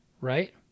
right